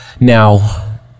Now